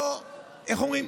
איך אומרים?